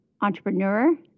entrepreneur